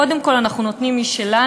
קודם כול אנחנו נותנים משלנו,